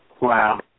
Wow